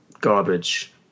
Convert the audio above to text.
garbage